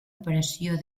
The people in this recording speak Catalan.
operació